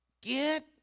Get